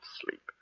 sleep